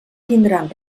tindran